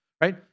right